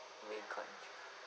recontract